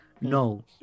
no